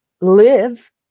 live